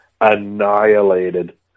annihilated